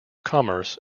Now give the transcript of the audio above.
commerce